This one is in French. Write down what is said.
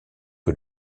que